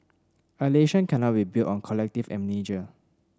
a nation cannot be built on collective amnesia